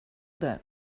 that